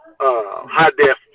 high-def